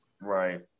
Right